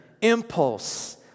impulse